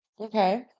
Okay